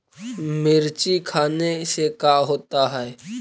मिर्ची खाने से का होता है?